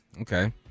Okay